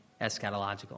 eschatological